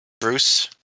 Bruce